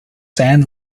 san